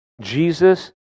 Jesus